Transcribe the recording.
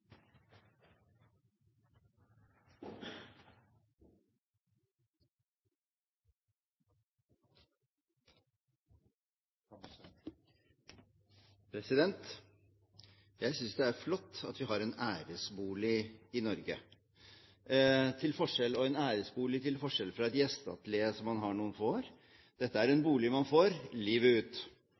flott at vi har en æresbolig i Norge, en æresbolig til forskjell fra et gjesteatelier som man har noen få år. Dette er en bolig man får livet ut.